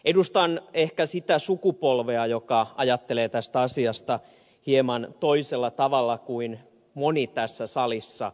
edustan ehkä sitä sukupolvea joka ajattelee tästä asiasta hieman toisella tavalla kuin moni tässä salissa